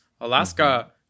Alaska